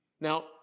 Now